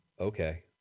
okay